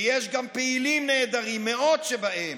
יש גם פעילים נהדרים, מאות שבהם,